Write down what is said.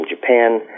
Japan